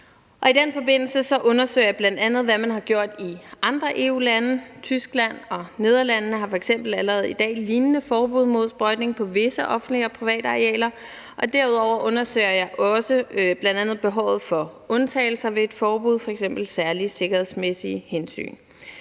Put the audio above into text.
I den forbindelse undersøger jeg bl.a., hvad man har gjort i andre EU-lande – Tyskland og Nederlandene har f.eks. allerede i dag et lignende forbud mod sprøjtning på visse offentlige og private arealer – og derudover undersøger jeg også bl.a. behovet for undtagelser ved et forbud, f.eks. særlige sikkerhedsmæssige hensyn.